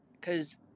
cause